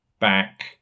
back